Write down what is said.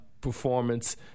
performance